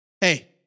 Hey